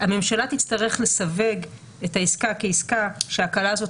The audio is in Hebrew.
הממשלה תצטרך לסווג את העסקה כעסקה שההקלה הזאת